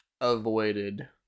avoided